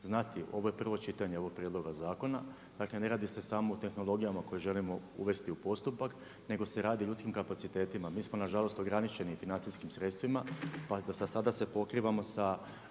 znati, ovo je prvo čitanje ovog prijedloga zakona, dakle ne radi se samo o tehnologijama koje želimo uvesti u postupak nego se radi o ljudskim kapacitetima. Mi smo nažalost ograničeni financijskim sredstvima pa za sada se pokrivamo sa